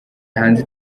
hanze